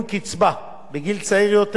הנתונה לאנשי כוחות הביטחון